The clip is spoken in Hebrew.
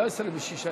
לא 26,